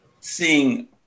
seeing